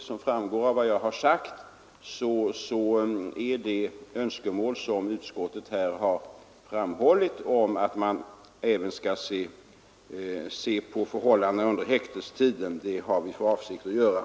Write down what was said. Som framgått av vad jag har sagt har vi för avsikt att göra en översyn av förhållandena under häktestiden som utskottet uttalat önskemål om.